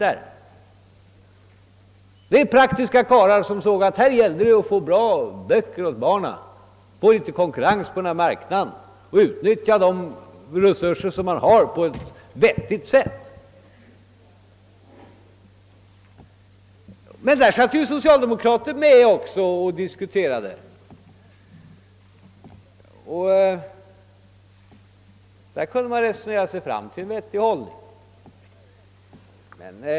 De är praktiska karlar och de ansåg att det här gällde att få fram bra böcker till barnen, att gå ut i konkurrensen på denna marknad och att utnyttja våra resurser på ett vettigt sätt. Och i Kommunförbundets styrelse satt det även socialdemokrater, och man kunde resonera sig fram till en vettig hållning.